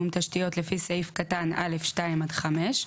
תשתיות לפי סעיף קטן 2 (א)(2) עד (5),